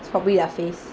is probably their face